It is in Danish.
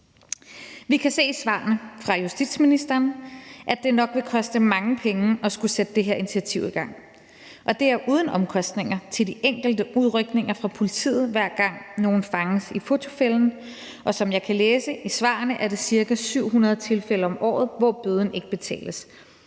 Vi kan se i svarene fra justitsministeren, at det nok vil koste mange penge at skulle sætte det her initiativ i gang, og det er uden omkostninger til de enkelte udrykninger for politiet, hver gang nogen fanges i fotofælden. Og som jeg kan læse i svarene, er det ca. 700 tilfælde om året, hvor bøden ikke betales,